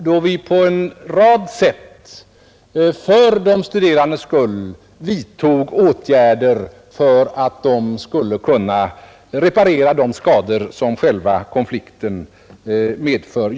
Vi vidtog då en rad åtgärder för att de studerande skulle kunna reparera de skador som själva konflikten medförde.